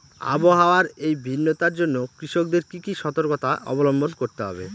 আবহাওয়ার এই ভিন্নতার জন্য কৃষকদের কি কি সর্তকতা অবলম্বন করতে হবে?